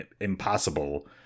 impossible